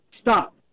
stop